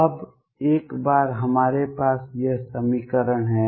अब एक बार हमारे पास यह समीकरण है